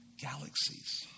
galaxies